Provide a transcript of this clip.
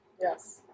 yes